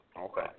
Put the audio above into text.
Okay